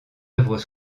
œuvres